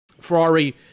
Ferrari